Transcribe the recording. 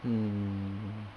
hmm